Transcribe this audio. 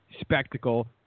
spectacle